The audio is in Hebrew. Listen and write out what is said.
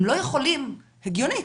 הם לא יכולים, הגיונית,